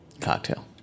Cocktail